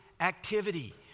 activity